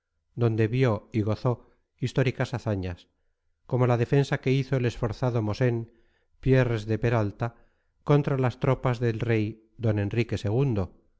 donde vio y gozó históricas hazañas como la defensa que hizo el esforzado mosén pierres de peralta contra las tropas del rey d enrique